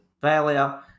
failure